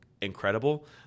incredible